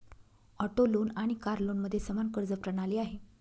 auto loan आणि car लोनमध्ये समान कर्ज प्रणाली आहे